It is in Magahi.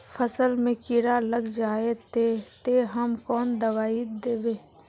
फसल में कीड़ा लग जाए ते, ते हम कौन दबाई दबे?